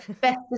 best